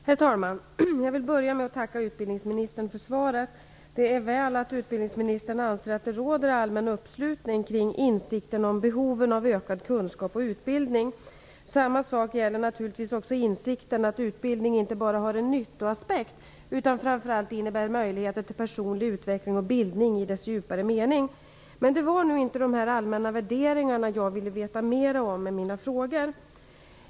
Herr talman! Jag vill börja med att tacka utbildningsministern för svaret. Det är väl att utbildningsministern anser att det råder allmän uppslutning kring insikten om behoven av ökad kunskap och utbildning. Samma sak gäller naturligtvis insikten om att utbildning inte bara har en nyttoaspekt, utan framför allt innebär utbildning möjligheter till personlig utveckling och bildning i dess djupare mening. Det var nu inte dessa allmänna värderingar som jag ville veta mer om genom mina frågor.